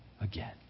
again